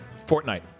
Fortnite